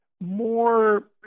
more